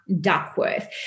Duckworth